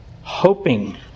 hoping